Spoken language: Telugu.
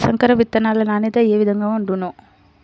సంకర విత్తనాల నాణ్యత ఏ విధముగా ఉండును?